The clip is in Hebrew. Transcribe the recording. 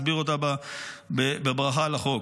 אסביר אותה בברכה על החוק,